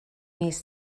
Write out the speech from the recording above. mis